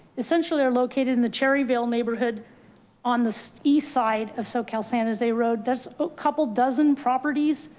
essentially. they're located in the cherryville neighborhood on the so east side of soquel san jose road. that's a couple dozen properties,